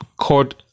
code